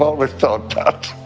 always thought that!